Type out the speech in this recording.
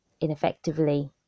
ineffectively